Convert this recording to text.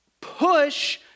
push